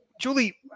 Julie